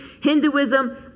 Hinduism